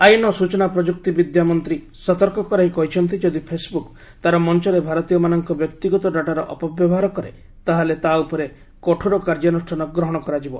ଆଇନ ଓ ସ୍ଚଚନା ଓ ପ୍ରଯୁକ୍ତି ବିଦ୍ୟା ମନ୍ତ୍ରୀ ସତର୍କ କରାଇ କହିଛନ୍ତି ଯଦି ଫେସ୍ବୁକ୍ ତା'ର ମଞ୍ଚରେ ଭାରତୀୟମାନଙ୍କ ବ୍ୟକ୍ତିଗତ ଡାଟାର ଅପବ୍ୟବହାର କରେ ତାହେଲେ ତା' ଉପରେ କଠୋର କାର୍ଯ୍ୟାନୁଷ୍ଠାନ ଗ୍ରହଣ କରାଯିବ